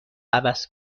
عوض